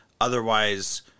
Otherwise